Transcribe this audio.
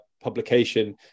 publication